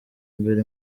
imbere